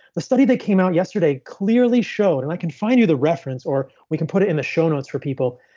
the study they came out yesterday clearly show and i can find you the reference or we can put it in the show notes for people.